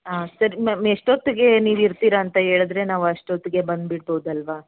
ಹಾಂ ಸರಿ ಮ್ಯಾಮ್ ಎಷ್ಟೊತ್ತಿಗೆ ನೀವು ಇರ್ತೀರಾ ಅಂತ ಹೇಳದ್ರೆ ನಾವು ಅಷ್ಟೊತ್ತಿಗೆ ಬಂದುಬಿಡ್ಬೋದಲ್ವಾ